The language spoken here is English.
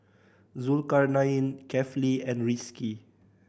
Zulkarnain Kefli and Rizqi